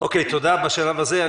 תודה בשלב הזה.